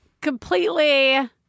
completely